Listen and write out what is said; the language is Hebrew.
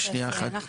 אל תתייחס.